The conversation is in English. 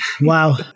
Wow